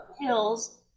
hills